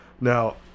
Now